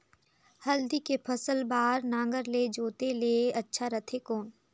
हल्दी के फसल बार नागर ले जोते ले अच्छा रथे कौन?